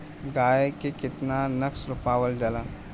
गाय के केतना नस्ल पावल जाला?